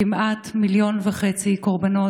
כמעט 1.5 מיליון קורבנות.